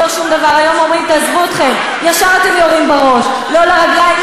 אדוני היושב-ראש, חברי חברי הכנסת,